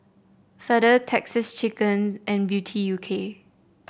Feather Texas Chicken and Beauty U K